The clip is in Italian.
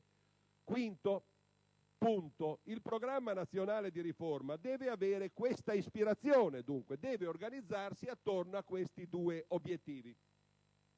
Quinto punto. Il Programma nazionale di riforma deve avere, dunque, questa ispirazione e deve organizzarsi attorno a questi due obiettivi.